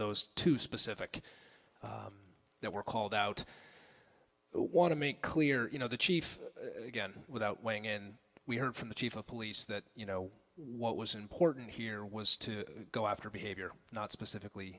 those two specific that were called out want to make clear you know the chief again without weighing in we heard from the chief of police that you know what was important here was to go after behavior not specifically